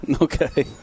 Okay